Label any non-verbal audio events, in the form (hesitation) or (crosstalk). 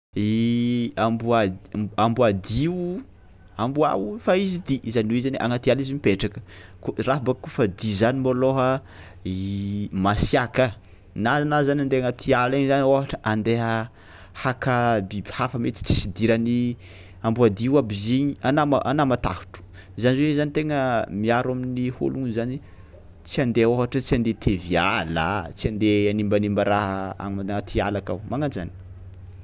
(hesitation) Amboad- amboadio, amboa o fa izy dia izany hoe zany agnaty ala izy mipetraka ko- raha boka kaofa dia zany malôha (hesitation) masiàka na anà zany andeha agnaty ala igny zany ôhatra andeha haka biby hafa mety tsisy idiran'ny ambodio aby izy igny anà ma- anà matahotro zany hoe zany tegna miaro amin'ny ôlogno zany tsy handeha ôhatra tsy handeha hitevy ala, tsy handeha hanimbanimba raha agnaty ala akao manan-jany.